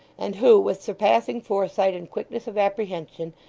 and who, with surpassing foresight and quickness of apprehension,